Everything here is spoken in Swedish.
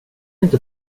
inte